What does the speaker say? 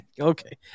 Okay